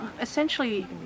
Essentially